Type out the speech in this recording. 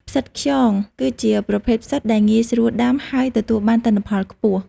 ផ្សិតខ្យង គឺជាប្រភេទផ្សិតដែលងាយស្រួលដាំ ហើយទទួលបានទិន្នផលខ្ពស់។